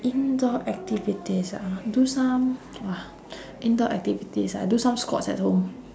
indoor activities ah do some !wah! indoor activities ah do some squats at home